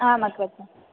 आम् अग्रज